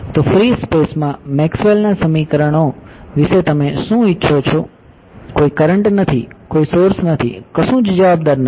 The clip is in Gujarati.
તો ફ્રી સ્પેસ માં મેક્સવેલ ના સમીકરણો વિશે તમે શું ઈચ્છો છો કોઈ કરંટ નથી કોઈ સોર્સ નથી કશું જ બરાબર નથી